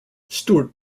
stuart